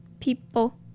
people